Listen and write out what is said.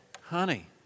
Honey